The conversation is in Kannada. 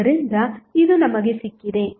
ಆದ್ದರಿಂದ ಇದು ನಮಗೆ ಸಿಕ್ಕಿದೆ